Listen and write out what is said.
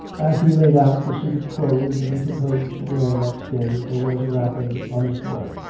as he laid out the suit of clothes that he proposed to wear next day, there was a rapping on his door.